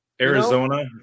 Arizona